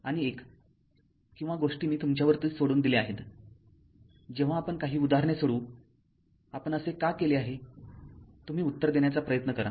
आणि एक किंवा गोष्टी मी तुमच्यावरती सोडून दिल्या आहेत जेव्हा आपण काही उदाहरणे सोडवू आपण असे का केले आहेतुम्ही उत्तर देण्याचा प्रयत्न करा